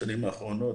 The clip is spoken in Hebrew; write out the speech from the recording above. בשנים האחרונות,